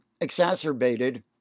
exacerbated